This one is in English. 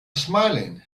smiling